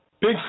big